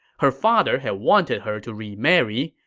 her father had wanted her to remarry,